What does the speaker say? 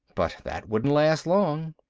but that wouldn't last long.